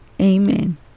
Amen